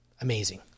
Amazing